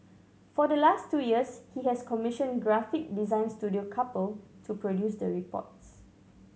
for the last two years he has commissioned graphic design studio Couple to produce the reports